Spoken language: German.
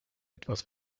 etwas